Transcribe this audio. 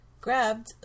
grabbed